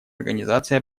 организации